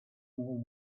more